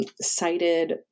cited